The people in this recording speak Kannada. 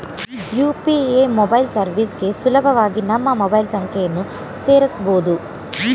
ಯು.ಪಿ.ಎ ಮೊಬೈಲ್ ಸರ್ವಿಸ್ಗೆ ಸುಲಭವಾಗಿ ನಮ್ಮ ಮೊಬೈಲ್ ಸಂಖ್ಯೆಯನ್ನು ಸೇರಸಬೊದು